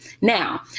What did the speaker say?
Now